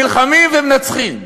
נלחמים ומנצחים.